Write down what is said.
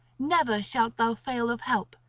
never shalt thou fail of help,